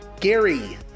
Gary